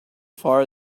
far